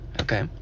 okay